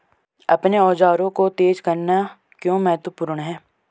अपने औजारों को तेज करना क्यों महत्वपूर्ण है?